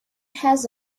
has